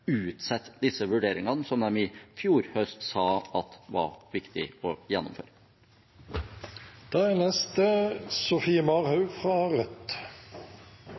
utsette disse vurderingene, som de i fjor høst sa at var viktig å gjennomføre.